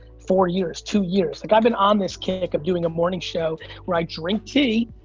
four years, two years. like i've been on this kick of doing a morning show where i drink tea,